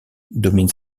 domine